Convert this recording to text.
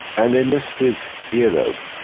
and they missed his ear lobe,